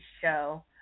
show